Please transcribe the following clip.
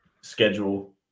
schedule